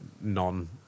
non